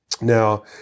Now